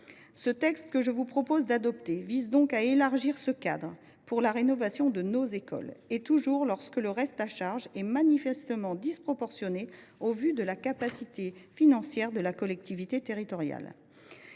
Ce texte que je vous propose d’adopter vise donc à élargir ce cadre à la rénovation de nos écoles, toujours lorsque le reste à charge est manifestement disproportionné au vu de la capacité financière de la collectivité territoriale